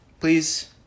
please